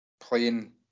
playing